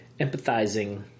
empathizing